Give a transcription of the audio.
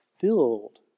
filled